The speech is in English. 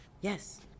Yes